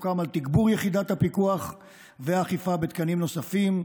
סוכם על תגבור יחידת הפיקוח והאכיפה בתקנים נוספים.